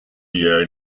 year